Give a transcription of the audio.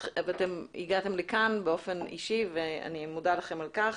אתם הגעתם לכאן באופן אישי, ואני מודה לכם על כך.